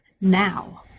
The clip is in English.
now